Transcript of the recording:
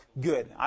Good